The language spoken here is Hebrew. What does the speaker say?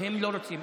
הם לא רוצים.